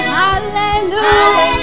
hallelujah